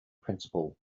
principle